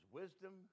wisdom